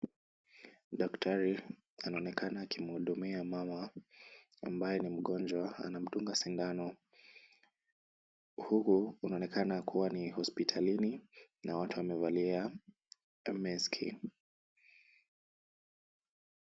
Daktari anaonekana akimhudumia mama ambaye ni mgonjwa anamdunga sindano. Huku kunaonekana kuwa ni hospitalini na watu wamevalia maski.